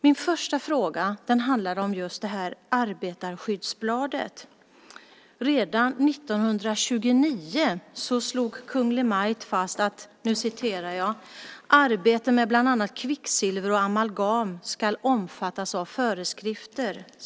Min första fråga handlade om det nämnda arbetarskyddsbladet. Redan 1929 slog Kungl. Maj:t fast att "arbete med bland annat kvicksilver och amalgam skulle omfattas av föreskrifter".